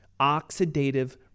oxidative